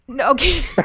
okay